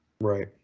right